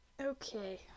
okay